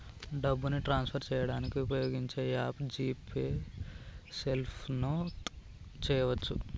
డబ్బుని ట్రాన్స్ఫర్ చేయడానికి ఉపయోగించే యాప్ జీ పే సెల్ఫోన్తో చేయవచ్చు